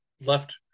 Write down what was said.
left